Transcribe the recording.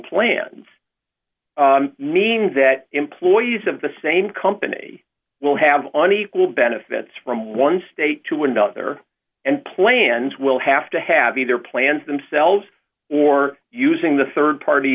plans meaning that employees of the same company will have on equal benefits from one state to another and plans will have to have either plans themselves or using the rd party